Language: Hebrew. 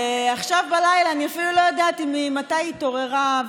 ועכשיו בלילה אני אפילו לא יודעת מתי היא התעוררה,